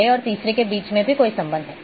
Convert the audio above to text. पहले और तीसरे के बीच में भी कोई संबंध है